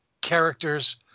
characters